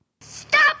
Stop